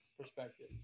perspective